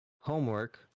homework